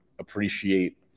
appreciate